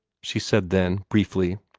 she said then, briefly.